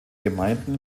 gemeinden